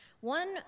One